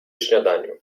śniadaniu